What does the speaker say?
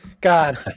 God